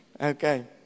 Okay